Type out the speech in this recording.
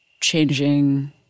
changing